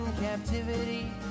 captivity